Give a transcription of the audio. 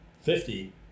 fifty